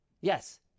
yes